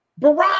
Barack